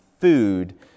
food